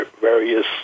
various